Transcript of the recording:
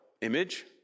image